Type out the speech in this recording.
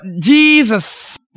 Jesus